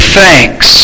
thanks